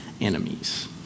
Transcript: enemies